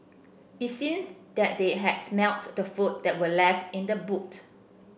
it seemed that they had smelt the food that were left in the boot